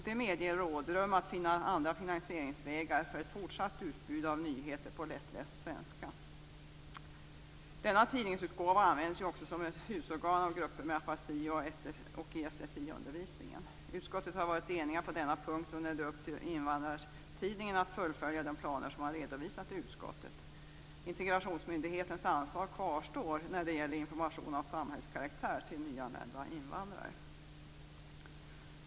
Det medger rådrum att finna andra finansieringsvägar för ett fortsatt utbud av nyheter på lättläst svenska. Denna tidningsutgåva används ju också som husorgan av grupper med afasi och i sfi-undervisningen. Utskottet har varit enigt på denna punkt. Nu är det upp till Invandrartidningen att fullfölja de planer som man har redovisat i utskottet. Integrationsmyndighetens ansvar kvarstår när det gäller information av samhällskaraktär till nyanlända invandrare.